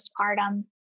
postpartum